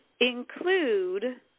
include